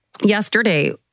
yesterday